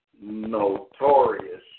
notorious